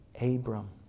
Abram